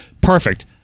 Perfect